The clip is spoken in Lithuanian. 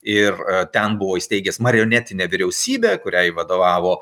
ir ten buvo įsteigęs marionetinę vyriausybę kuriai vadovavo